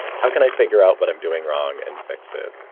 how can i figure out what i'm doing wrong and fix it?